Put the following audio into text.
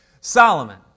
Solomon